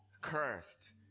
cursed